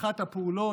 ואחת הפעולות,